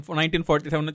1947